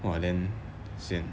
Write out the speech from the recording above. !wah! then sian